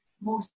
more